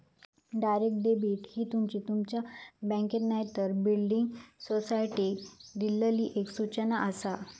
direct debit ही तुमी तुमच्या बँकेक नायतर बिल्डिंग सोसायटीक दिल्लली एक सूचना आसा